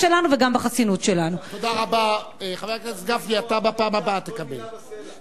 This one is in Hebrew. שלנו ונבין את הנגזרות המתפתחות מכך,